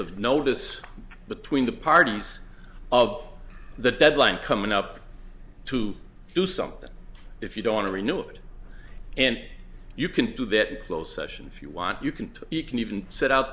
of notice between the parties of the deadline coming up to do something if you don't want to renew it and you can do that close session if you want you can you can even set